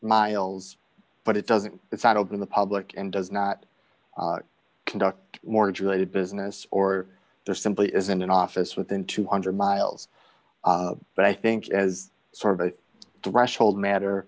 miles but it doesn't it's not open in the public and does not conduct mortgage related business or there simply isn't an office within two hundred miles but i think as sort of a threshold matter